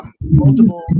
Multiple